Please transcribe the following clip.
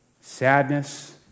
sadness